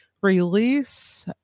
release